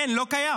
אין, לא קיים.